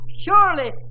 Surely